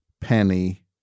Penny